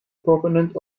proponent